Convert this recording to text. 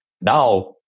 Now